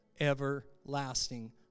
everlasting